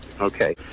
okay